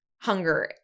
Hunger